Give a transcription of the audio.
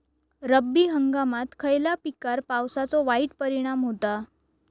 रब्बी हंगामात खयल्या पिकार पावसाचो वाईट परिणाम होता?